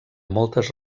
moltes